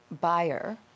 buyer